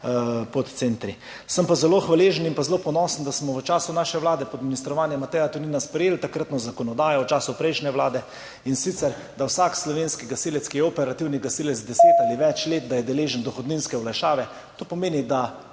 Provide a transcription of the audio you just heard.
podcentri. Sem pa zelo hvaležen in zelo ponosen, da smo v času naše vlade pod ministrovanjem Mateja Tonina sprejeli takratno zakonodajo, v času prejšnje vlade. In sicer da je vsak slovenski gasilec, ki je operativni gasilec 10 ali več let, deležen dohodninske olajšave. To pomeni, da